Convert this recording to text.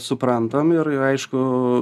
suprantam ir aišku